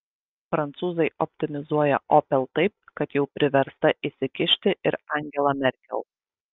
prancūzai optimizuoja opel taip kad jau priversta įsikišti ir angela merkel